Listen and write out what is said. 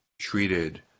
treated